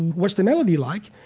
what's the melody like?